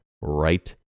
right